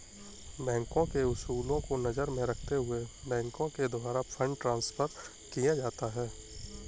बैंकों के उसूलों को नजर में रखते हुए बैंकों के द्वारा फंड ट्रांस्फर किया जाता है